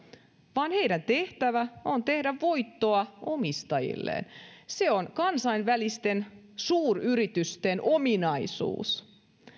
vaan niiden tehtävä on tehdä voittoa omistajilleen se on kansainvälisten suuryritysten ominaisuus